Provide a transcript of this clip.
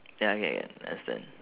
ya okay can understand